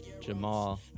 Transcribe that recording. Jamal